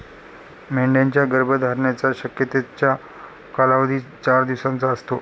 मेंढ्यांच्या गर्भधारणेच्या शक्यतेचा कालावधी चार दिवसांचा असतो